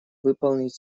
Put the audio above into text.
выполнить